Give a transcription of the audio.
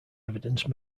evidence